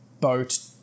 boat